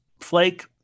flake